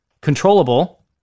controllable